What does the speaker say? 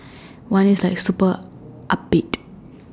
one is like super upbeat